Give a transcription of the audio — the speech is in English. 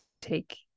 take